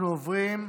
אנחנו עוברים,